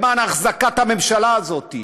למען החזקת הממשלה הזאת,